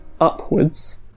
upwards